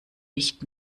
nicht